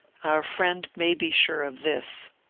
our friend may be sure of this.